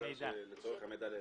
לצורך המידע להיתר.